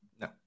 No